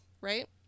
Right